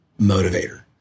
motivator